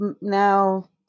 now